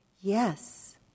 yes